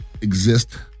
exist